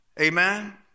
Amen